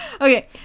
Okay